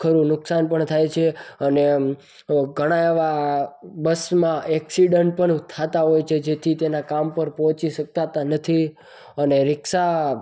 ઘણું નુકસાન પણ થાય છે અને ઘણા એવા બસમાં એક્સિડન્ટ પણ થતા હોય છે જેથી તેના કામ પર પહોંચી શકાતા નથી અને રીક્ષા